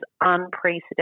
unprecedented